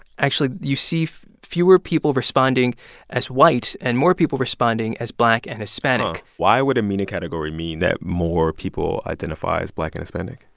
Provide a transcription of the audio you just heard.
actually, you see fewer people responding as white and more people responding as black and hispanic why would a mena category mean that more people identify as black and hispanic?